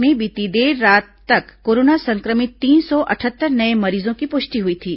प्रदेश में बीती देर रात तक कोरोना संक्रमित तीन सौ अटहत्तर नये मरीजों की पुष्टि हुई थी